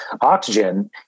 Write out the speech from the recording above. oxygen